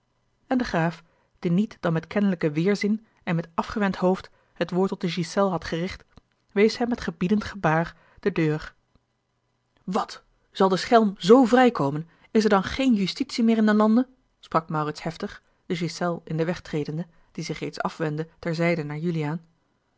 en de graaf die niet dan met kennelijken weêrzin en met afgewend hoofd het woord tot de hiselles had gericht wees hem met gebiedend gebaar de deur wat zal de schelm z vrijkomen is er dan geene justitie meer in den lande sprak maurits heftig de ghiselles in den weg tredende die zich reeds afwendde ter zijde naar juliaan